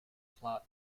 plot